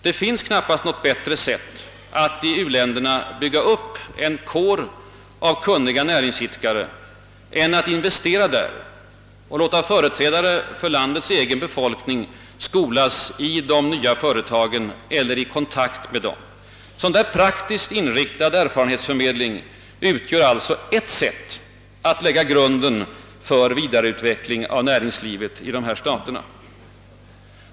Det finns knappast något bättre sätt att i u-länderna bygga upp en kår av kunniga näringsidkare än att investera där och låta företrädare för landets egen befolkning skolas i de nya företagen eller i kontakt med dem. Sådan praktiskt inriktad erfarenhetsförmedling utgör alltså ett sätt att lägga grunden för vidareutveckling av näringslivet i dessa stater.